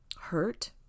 hurt